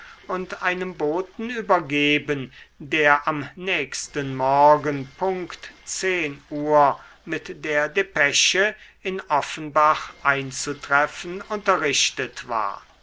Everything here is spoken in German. und einem boten übergeben der am nächsten morgen punkt zehn uhr mit der depesche in offenbach einzutreffen unterrichtet war